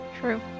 True